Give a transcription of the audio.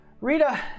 Rita